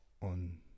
on